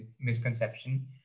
misconception